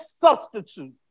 substitute